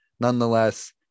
Nonetheless